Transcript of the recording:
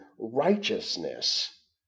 righteousness